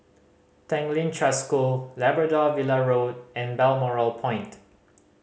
Tanglin Trust School Labrador Villa Road and Balmoral Point